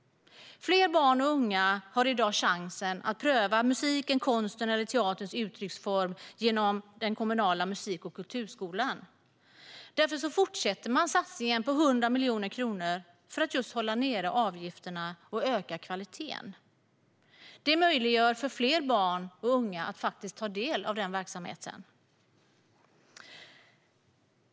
Fler barn och unga har i dag chansen att pröva musikens, konstens eller teaterns uttrycksformer genom den kommunala musik och kulturskolan. Därför fortsätter man satsningen på 100 miljoner kronor för att hålla nere avgifterna och öka kvaliteten. Det möjliggör för fler barn och unga att faktiskt ta del av den verksamheten.